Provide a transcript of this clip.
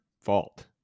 fault